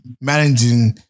managing